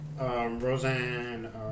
Roseanne